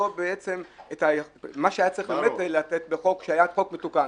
בעצם מה שהיה צריך לתת בחוק שהיה חוק מתוקן.